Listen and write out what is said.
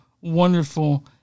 wonderful